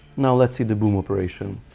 now let's see the boom operation!